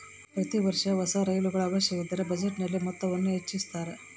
ಪ್ರತಿ ವರ್ಷ ಹೊಸ ರೈಲುಗಳ ಅವಶ್ಯವಿದ್ದರ ಬಜೆಟಿನ ಮೊತ್ತವನ್ನು ಹೆಚ್ಚಿಸುತ್ತಾರೆ